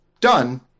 done